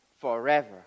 forever